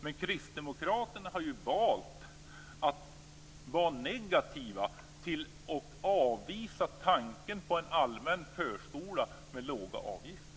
Men Kristdemokraterna har ju valt att vara negativa, och avvisa tanken på en allmän förskola med låga avgifter.